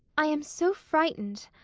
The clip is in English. i am so frightened,